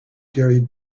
gary